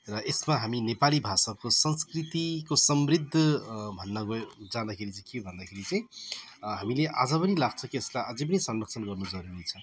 र यसमा हामी नेपाली भाषाको संस्कृतिको समृद्ध भन्न गयो जाँदाखेरि चाहिँ के भन्दाखेरि चाहिँ हामीले आज पनि लाग्छ कि यसलाई अझै पनि संरक्षण गर्नु जरुरी छ